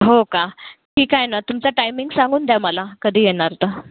हो का ठीक आहे ना तुमचा टायमिंग सांगून द्या मला कधी येणार तर